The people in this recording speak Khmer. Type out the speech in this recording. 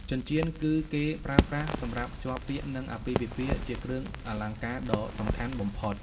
ចិញ្ជៀន គឺគេប្រើប្រាស់សម្រាប់ភ្ជាប់ពាក្យ និងអាពាហ៍ពិពាហ៍ ជាគ្រឿងអលង្ការដ៏សំខាន់បំផុត។